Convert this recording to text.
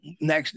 next